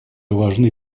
важны